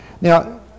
Now